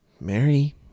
Mary